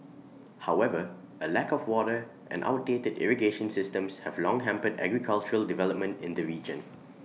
however A lack of water and outdated irrigation systems have long hampered agricultural development in the region